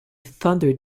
thunder